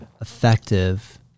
effective